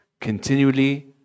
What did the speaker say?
continually